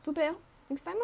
too bad uh next time uh